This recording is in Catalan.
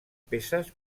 peces